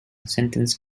sentenced